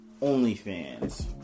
OnlyFans